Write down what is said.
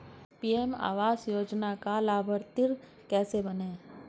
PM आवास योजना का लाभर्ती कैसे बनें?